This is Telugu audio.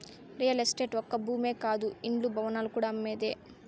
రియల్ ఎస్టేట్ ఒక్క భూమే కాదు ఇండ్లు, భవనాలు కూడా అమ్మేదే